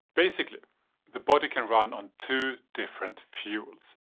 basically the body can run on two different fuels.